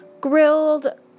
grilled